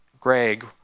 Greg